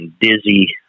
dizzy